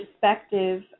perspective